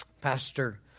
Pastor